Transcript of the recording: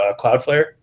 Cloudflare